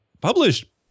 published